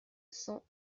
cent